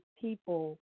people